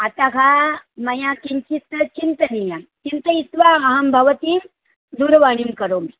अतः मया किञ्चित् चिन्तनीयं चिन्तयित्वा अहं भवतीं दूरवाणीं करोमि